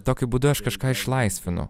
tokiu būdu aš kažką išlaisvinu